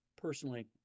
personally